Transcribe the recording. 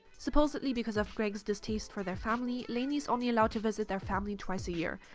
supposedly because of gregs distaste for their family, lainey is only allowed to visit their family twice a year,